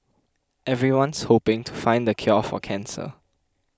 everyone's hoping to find the cure for cancer